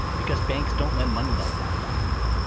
because banks don't lend money like that down here.